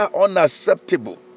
unacceptable